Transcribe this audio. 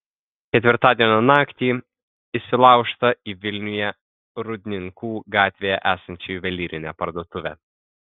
ketvirtadienio naktį įsilaužta į vilniuje rūdninkų gatvėje esančią juvelyrinę parduotuvę